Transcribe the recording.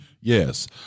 yes